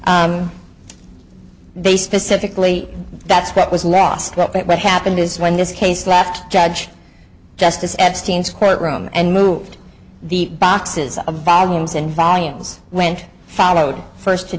they specifically that's what was lost but what happened is when this case left judge justice epstein's courtroom and moved the boxes of volumes and volumes went followed first to